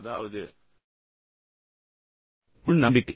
அதாவது உள் நம்பிக்கை